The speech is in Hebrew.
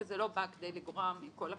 וזה לא בא כדי לגרוע מכל הכללים,